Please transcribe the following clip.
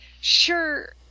sure